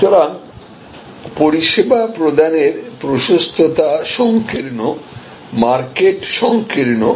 সুতরাং পরিষেবা প্রদানের প্রশস্ততা সংকীর্ণ মার্কেট সংকীর্ণ